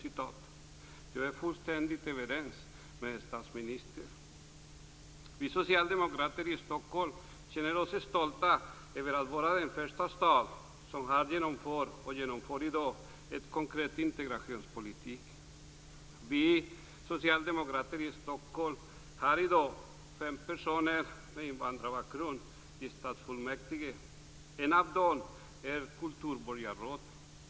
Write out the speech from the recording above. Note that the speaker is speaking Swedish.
Jag är fullständigt överens med statsministern. Vi socialdemokrater i Stockholm känner oss stolta över att Stockholm är den första staden som i dag genomför en konkret integrationspolitik. Vi socialdemokrater i Stockholm har i dag fem personer med invandrarbakgrund i stadsfullmäktige, en av dem är kulturborgarråd.